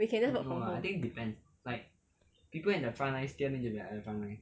we can just work from home